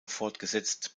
fortgesetzt